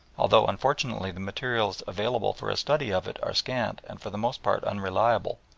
although unfortunately the materials available for a study of it are scant and for the most part unreliable,